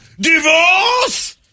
Divorce